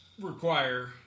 require